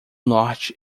norte